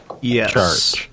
yes